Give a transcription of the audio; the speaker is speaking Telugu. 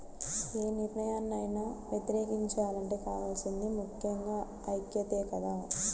యే నిర్ణయాన్నైనా వ్యతిరేకించాలంటే కావాల్సింది ముక్కెంగా ఐక్యతే కదా